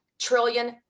trillion